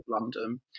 London